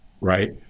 Right